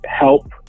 help